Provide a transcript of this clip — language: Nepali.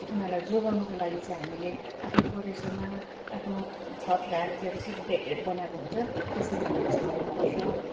उनीहरूलाई जोगाउनुको लागि चाहिँ हामीले आफ्नो कोरेसोमा आफ्नो छत लगाएर चाहिँ एउटा सिड बेड बनाएको हुन्छ त्यस्तोमा हामीले छर्नु पर्छ